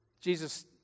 Jesus